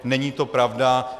Není to pravda.